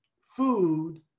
food